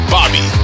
Bobby